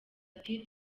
ati